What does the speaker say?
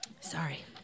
Sorry